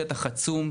שטח עצום,